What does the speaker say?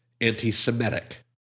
anti-Semitic